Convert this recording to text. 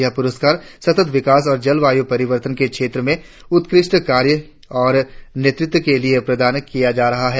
यह पुरस्कार सतत विकास और जलवायु परिवर्तन के क्षेत्र में उत्कृष्ट कार्य और नेतृत्व के लिए प्रदान किया जा रहा है